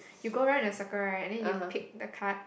you go round in a circle right and then you pick the card